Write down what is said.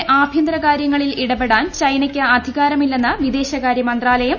ഇന്ത്യയുടെ ആഭ്യന്തരകാര്യങ്ങളിൽ ഇടപെടാൻ ചൈനയ്ക്ക് അധികാരമില്ലെന്ന് വിദേശകാര്യമന്ത്രാലയം